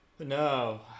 No